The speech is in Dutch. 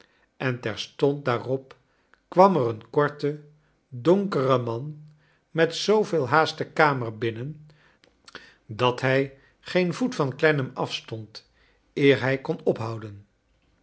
en terstond daarop kwam er een korte donkere man met zooveel haast de kamer binnen dat hij geen voet van clennam af stond eer hij kon ophouden